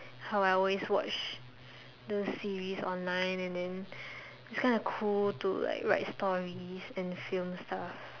how I always watch the series online and then it's kinda cool to like write stories and film stuff